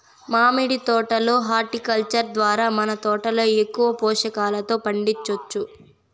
మామిడి తోట లో హార్టికల్చర్ ద్వారా మన తోటలో ఎక్కువ పోషకాలతో పండించొచ్చు